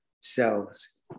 selves